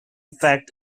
fact